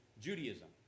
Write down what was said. Judaism